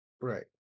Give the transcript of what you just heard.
Right